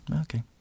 Okay